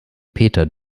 peter